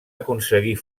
aconseguir